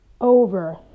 over